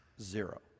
zero